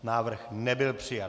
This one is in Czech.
Návrh nebyl přijat.